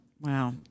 Wow